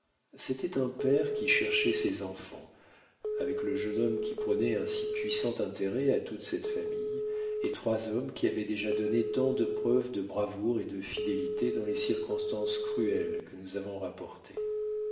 c'était un père qui cherchait ses enfants avec le jeune homme qui prenait un si puissant intérêt à toute cette famille et trois hommes qui avaient déjà donné tant de preuves de bravoure et de fidélité dans les circonstances cruelles que nous avons rapportées